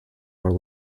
are